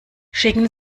schicken